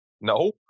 No